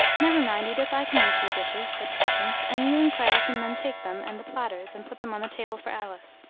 never mind, edith, i can reach the dishes, said patience, and you and clara can then take them, and the platters, and put them on the table for alice.